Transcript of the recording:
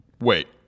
wait